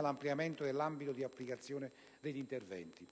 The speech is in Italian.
l'ampliamento dell'ambito di applicazione degli interventi.